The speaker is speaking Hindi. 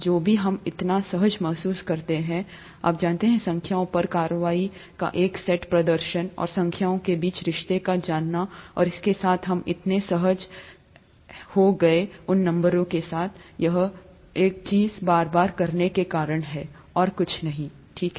जो भी हम इतना सहज महसूस करते हैं के आप जानते हैं संख्याओं पर कार्रवाई का एक सेट प्रदर्शन और संख्याओं के बीच रिश्ते को जानना और इसके साथ हम इतने सहज हो गए उन नंबरों के साथ एक ही चीज़ बार बार करने के कारण और कुछ नहीं ठीक है